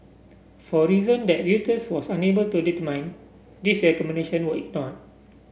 for reason that Reuters was unable to determine these recommendation were ignored